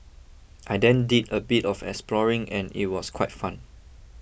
I then did a bit of exploring and it was quite fun